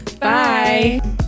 Bye